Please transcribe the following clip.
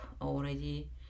already